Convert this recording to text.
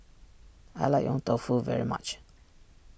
I like Yong Tau Foo very much